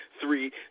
three